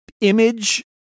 image